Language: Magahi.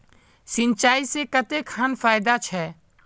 सिंचाई से कते खान फायदा छै?